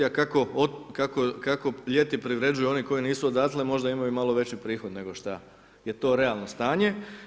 A kako ljeti privređuju oni koji nisu odatle možda imaju i malo veći prihod nego što je to realno stanje.